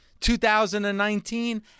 2019